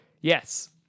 Yes